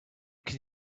can